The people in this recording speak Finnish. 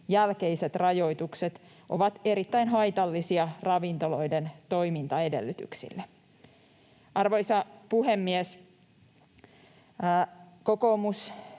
jälkeiset rajoitukset ovat erittäin haitallisia ravintoloiden toimintaedellytyksille. Arvoisa puhemies! Kokoomus